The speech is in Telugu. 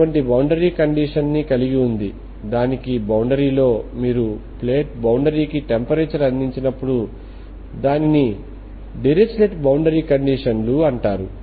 ఇటువంటి బౌండరీ ని కలిగి ఉంది దానికి బౌండరీ లో మీరు ప్లేట్ బౌండరీకి టెంపరేచర్ అందించినపుడు దానిని డిరిచ్లెట్ బౌండరీ కండిషన్ లు అంటారు